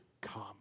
come